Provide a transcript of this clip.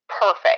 perfect